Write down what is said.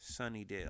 Sunnydale